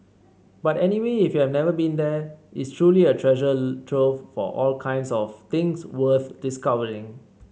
but anyway if you've never been there it's truly a treasure trove of all kinds of things worth discovering